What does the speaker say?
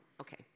Okay